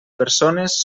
persones